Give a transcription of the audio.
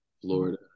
Florida